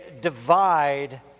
divide